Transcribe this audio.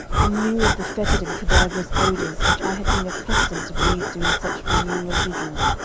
in lieu of the fetid and cadaverous odours which i had been accustomed to breathe during such funereal vigils,